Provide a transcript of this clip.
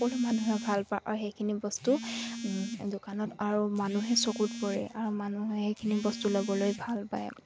বহুত মানুহে ভাল পাওঁ আৰু সেইখিনি বস্তু দোকানত আৰু মানুহে চকুত পৰে আৰু মানুহে সেইখিনি বস্তু ল'বলৈ ভাল পায়